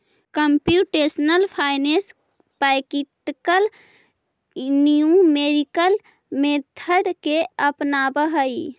computational finance practical numerical method के अपनावऽ हई